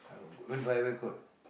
went for highway code or not